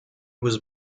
was